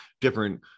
different